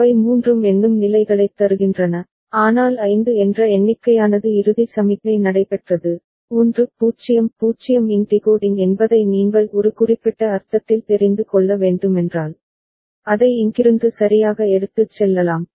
அவை மூன்றும் எண்ணும் நிலைகளைத் தருகின்றன ஆனால் 5 என்ற எண்ணிக்கையானது இறுதி சமிக்ஞை நடைபெற்றது 1 0 0 இன் டிகோடிங் என்பதை நீங்கள் ஒரு குறிப்பிட்ட அர்த்தத்தில் தெரிந்து கொள்ள வேண்டுமென்றால் அதை இங்கிருந்து சரியாக எடுத்துச் செல்லலாம்